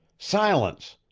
silence!